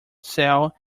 sale